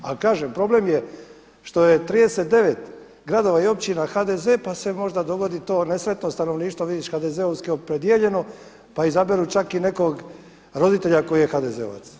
Ali kažem, problem je što je 39 gradova i općina HDZ-e pa se možda dogodi to nesretno stanovništvo vidiš HDZ-ovski je opredijeljeno, pa izaberu čak i nekog roditelja koji je HDZ-ovac.